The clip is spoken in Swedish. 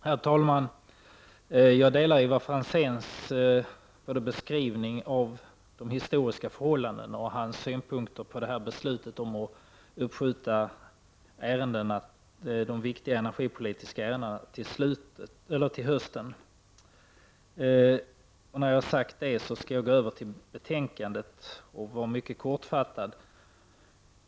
Herr talman! Jag delar Ivar Franzéns beskrivning av de historiska förhållandena och hans synpunkter på beslutet att uppskjuta de viktiga energipolitiska ärendena till hösten. Jag skall sedan gå över till att säga något om betänkandet, och jag skall fatta mig kort.